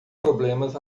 problemas